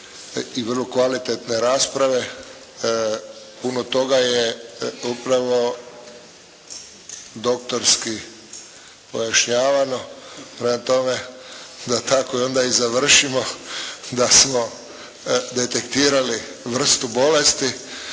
i vrlo kvalitetne rasprave puno toga je upravo doktorski pojašnjavano. Prema tome da tako onda i završimo da smo detektirali vrstu bolesti.